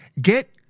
Get